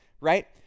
right